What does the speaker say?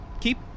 keep